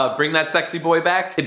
ah bring that sexy boy back?